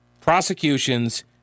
prosecutions